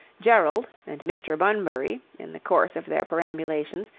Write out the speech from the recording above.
gerald and mr. bunbury, in the course of their perambulations,